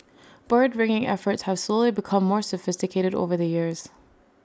bird ringing efforts have slowly become more sophisticated over the years